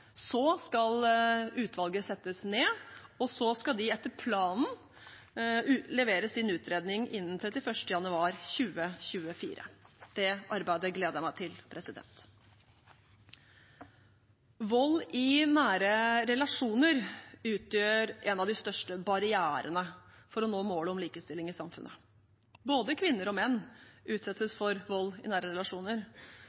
Så skal utvalget settes ned, og så skal de etter planen levere sin utredning innen 31. januar 2024. Det arbeidet gleder meg til. Vold i nære relasjoner utgjør en av de største barrierene for å nå målet om likestilling i samfunnet. Både kvinner og menn utsettes